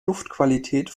luftqualität